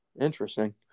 Interesting